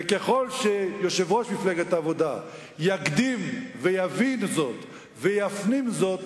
וככל שיושב-ראש מפלגת העבודה יקדים ויבין זאת ויפנים זאת,